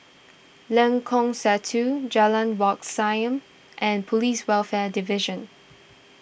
Lengkong Satu Jalan Wat Siam and Police Welfare Division